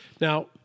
Now